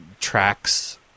tracks